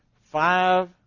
five